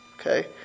okay